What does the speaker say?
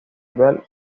bell